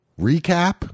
recap